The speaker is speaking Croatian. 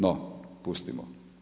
No, pustimo.